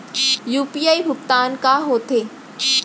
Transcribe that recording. UPI भुगतान का होथे?